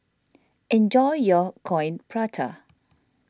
enjoy your Coin Prata